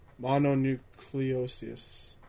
mononucleosis